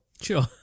Sure